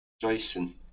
Jason